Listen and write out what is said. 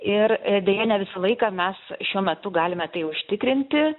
ir deja ne visą laiką mes šiuo metu galime tai užtikrinti